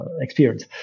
experience